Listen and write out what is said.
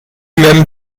même